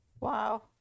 Wow